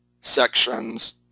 sections